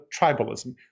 tribalism